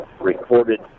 recorded